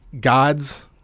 gods